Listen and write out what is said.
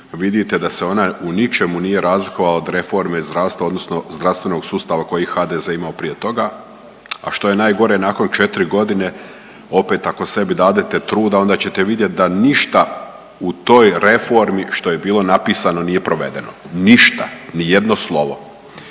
vidite da se ona u ničemu nije razlikovala od reforme zdravstva odnosno zdravstvenog sustava koji je HDZ imao prije toga, a što je najgore nakon 4 godine opet ako sebi dadete truda onda ćete vidjeti da ništa u toj reformi što je bilo napisano nije provedeno. Ništa. Ni jedno slovo.